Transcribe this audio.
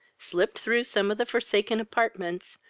slipped through some of the forsaken apartments,